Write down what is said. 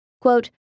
Quote